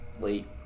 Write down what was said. late